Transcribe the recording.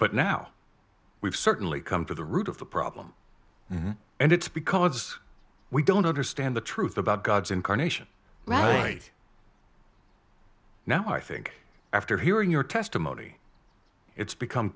but now we've certainly come to the root of the problem and it's because we don't understand the truth about god's incarnation right now i think after hearing your testimony it's become